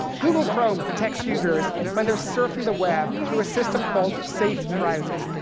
google chrome protects users when they're surfing the web through a system called safe browsing.